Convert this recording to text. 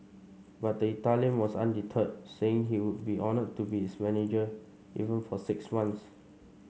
but the Italian was undeterred saying he would be honoured to be its manager even for six months